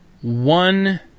one